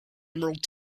emerald